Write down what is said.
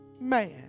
man